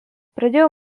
pradėjo